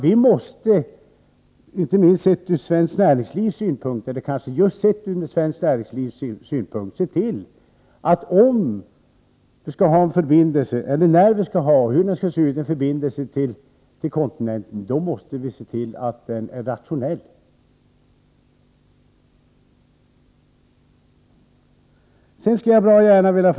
Vi måste, sett ur svensk näringslivs synpunkt, se till att, om och när vi skall ha en förbindelse — hur den än skall se ut — med kontinenten, så skall den förbindelsen bli rationell.